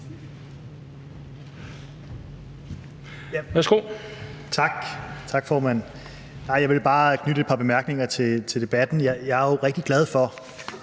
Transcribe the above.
Tak, formand. Jeg vil bare knytte et par bemærkninger til debatten. Jeg er jo rigtig glad for,